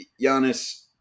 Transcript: Giannis